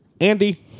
Andy